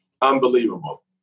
Unbelievable